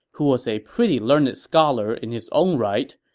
who was a pretty learned scholar in his own right,